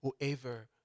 whoever